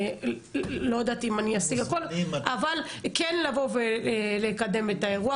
לא יודעת אם אני אשיג הכל אבל כן לבוא ולקדם את האירוע